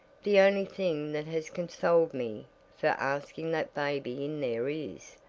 the only thing that has consoled me for asking that baby in there is,